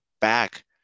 back